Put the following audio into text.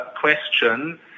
question